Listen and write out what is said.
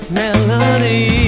melody